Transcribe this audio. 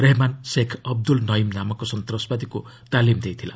ରହେମାନ ଶେଖ୍ ଅବଦୁଲ୍ଲ ନଇମ୍ ନାମକ ସନ୍ତାସବାଦୀକୁ ତାଲିମ୍ ଦେଇଥିଲା